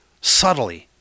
subtly